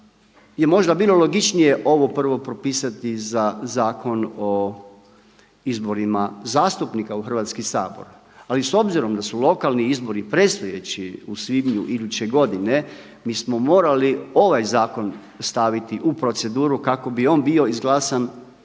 možda bilo logičnije ovo prvo propisati za Zakon o izborima zastupnika u Hrvatski sabor, ali s obzirom da su lokalni izbori predstojeći u svibnju iduće godine, mi smo morali ovaj zakon staviti u proceduru kako bi on bio izglasan